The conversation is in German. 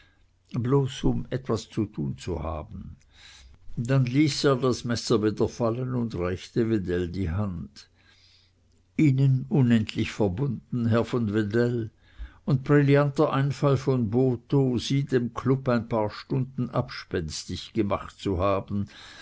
bloß um etwas zu tun zu haben dann ließ er das messer wieder fallen und reichte wedell die hand ihnen unendlich verbunden herr von wedell und brillanter einfall von botho sie dem club auf ein paar stunden abspenstig gemacht zu haben